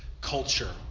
culture